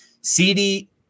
CD